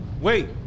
wait